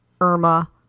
Irma